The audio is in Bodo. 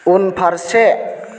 उनफारसे